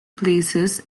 places